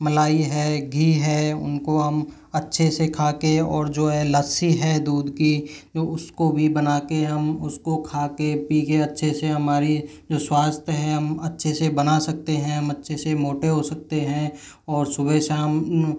मलाई है घी है उनको हम अच्छे से खाके और जो है लस्सी है दूध की उसको भी बना के हम उसको खाके पी के अच्छे से हमारी जो स्वास्थ्य हैं हम अच्छे से बना सकते हैं अच्छे से मोटे हो सकते हैं और सुबह शाम